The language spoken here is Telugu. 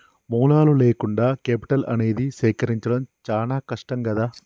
మూలాలు లేకుండా కేపిటల్ అనేది సేకరించడం చానా కష్టం గదా